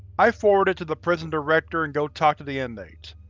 i forward it to the prison director and go talk to the inmates.